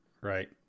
right